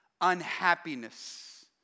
unhappiness